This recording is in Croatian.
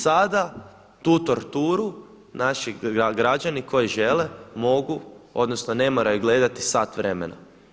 Sada tu tortura naši građani koji žele mogu, odnosno ne moraju gledati sat vremena.